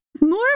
More